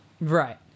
Right